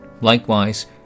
Likewise